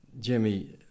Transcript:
Jimmy